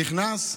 נכנס,